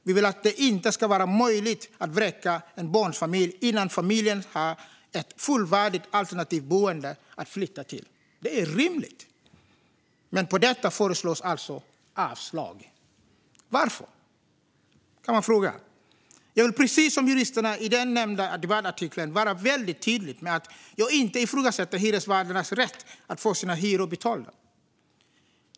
Vi vill att det inte ska vara möjligt att vräka en barnfamilj innan familjen har ett fullvärdigt alternativt boende att flytta till. Det är rimligt. Men på detta föreslås alltså avslag. Varför? Jag vill, precis som juristerna i den nämnda debattartikeln, vara väldigt tydlig med att jag inte ifrågasätter hyresvärdens rätt att få sina hyror betalda.